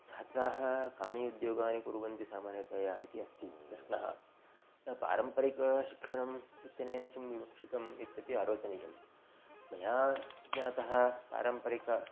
छात्राः कान् उद्योगान् कुर्वन्ति सामान्यतया इति अस्ति प्रश्नः पारम्परिकं शिक्षणम् इत्यनेन किं विवक्षितम् इत्यपि आलोचनीयं मया ज्ञातः पारम्परिकं